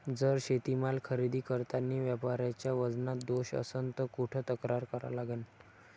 जर शेतीमाल खरेदी करतांनी व्यापाऱ्याच्या वजनात दोष असन त कुठ तक्रार करा लागन?